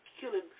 killing